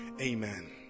Amen